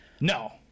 No